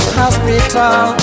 hospital